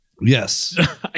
Yes